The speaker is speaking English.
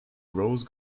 rose